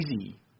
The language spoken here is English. easy